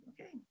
okay